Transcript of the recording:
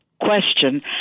Question